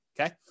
okay